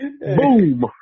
Boom